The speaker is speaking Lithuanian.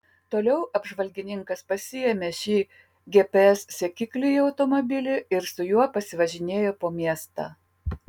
toliau apžvalgininkas pasiėmė šį gps sekiklį į automobilį ir su juo pasivažinėjo po miestą